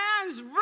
hand's